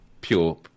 pure